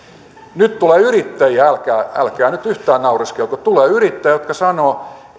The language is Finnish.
nyt tulee yrittäjiä älkää älkää nyt yhtään naureskelko tulee yrittäjiä jotka sanovat